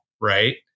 right